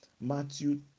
Matthew